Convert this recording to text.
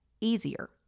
easier